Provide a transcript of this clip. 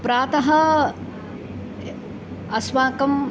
प्रातः अस्माकम्